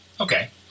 okay